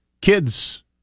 kids